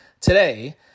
today